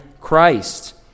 Christ